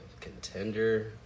contender